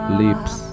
lips